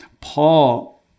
Paul